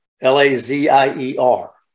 L-A-Z-I-E-R